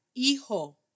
Hijo